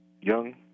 young